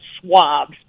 swabs